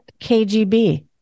KGB